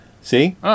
See